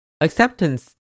acceptance